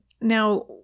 Now